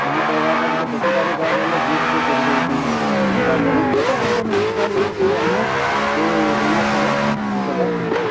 ମାଆ କହିବାଟା ଟିକେ ଦେଖୁଥାରେ ବା ବୋଲେ ଟିକେ କରି ଦଉଚୁ ଏନ୍ତା ବହୁତ ପ୍ରକାର୍ ତାକର୍ ସେ ଆମେ ସେ ରନ୍ଧା ସାଲେ ଅନସ ଟା କରୁଛୁ